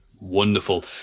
Wonderful